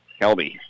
Kelby